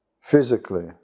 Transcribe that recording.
physically